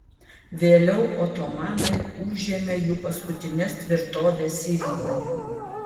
vėliau otomanai užėmė jų paskutines tvirtoves sirijoje